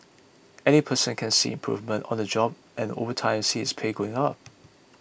any person can see improvement on the job and over time see his pay going up